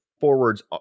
forwards